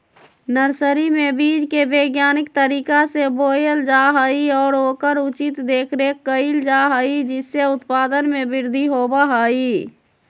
nursery में बीज के वैज्ञानिक तरीका से बोयल जा हई और ओकर उचित देखरेख कइल जा हई जिससे उत्पादन में वृद्धि होबा हई